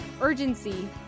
urgency